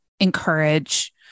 encourage